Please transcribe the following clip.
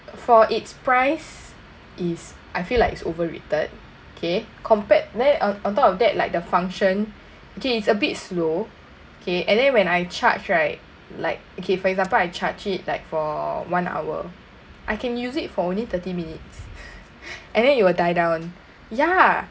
for its price is I feel like it's overrated K compared then on on top of that like the function okay it's a bit slow K and then when I charge right like okay for example I charge it like for one hour I can use it for only thirty minutes and then it will die down ya